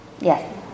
yes